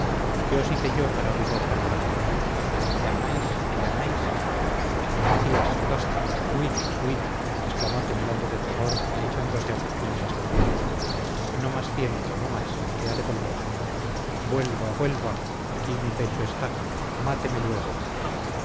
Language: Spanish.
qué os hice yo para rigor tan grande le amáis le amáis macías basta huid huid exclamó temblando de terror y echándose a sus plantas la infeliz no más tiempo no más que ha de volver vuelva vuelva aquí mi pecho está máteme luego